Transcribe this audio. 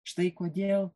štai kodėl